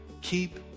keep